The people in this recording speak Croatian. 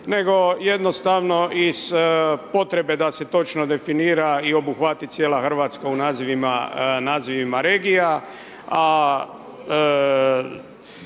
nego jednostavno i sa potrebe da se točno definira i obuhvati cijela Hrvatska u nazivima regija.